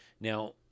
Now